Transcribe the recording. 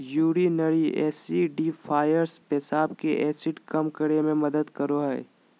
urinary acidifiers पेशाब के acid कम करे मे मदद करो हय